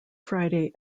friday